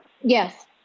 Yes